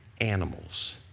animals